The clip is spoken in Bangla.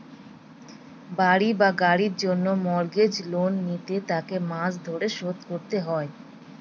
বাড়ি বা গাড়ির জন্য মর্গেজ লোন নিলে তাকে মাস ধরে শোধ করতে হয়